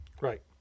Right